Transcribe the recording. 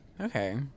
Okay